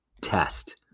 test